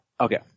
Okay